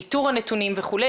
ניטור הנתונים וכו',